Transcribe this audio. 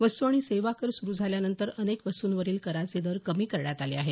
वस्तू आणि सेवा कर सुरू झाल्यानंतर अनेक वस्तूंवरील कराचे दर कमी करण्यात आले आहेत